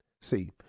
See